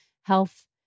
health